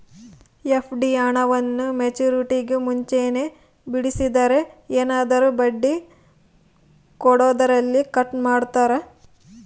FD ಹಣವನ್ನು ಮೆಚ್ಯೂರಿಟಿಗೂ ಮುಂಚೆನೇ ಬಿಡಿಸಿದರೆ ಏನಾದರೂ ಬಡ್ಡಿ ಕೊಡೋದರಲ್ಲಿ ಕಟ್ ಮಾಡ್ತೇರಾ?